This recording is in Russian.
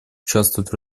участвовать